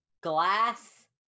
Glass